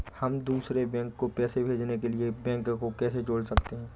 हम दूसरे बैंक को पैसे भेजने के लिए बैंक को कैसे जोड़ सकते हैं?